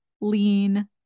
lean